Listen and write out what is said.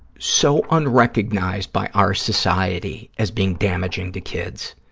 so unrecognized by our society as being damaging to kids,